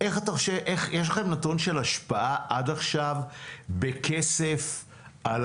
יש לכם נתון של השפעה עד עכשיו בכסף על